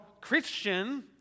Christian